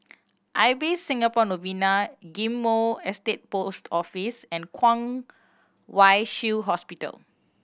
Ibis Singapore Novena Ghim Moh Estate Post Office and Kwong Wai Shiu Hospital